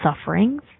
sufferings